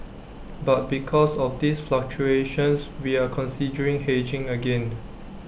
but because of these fluctuations we are considering hedging again